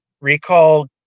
recall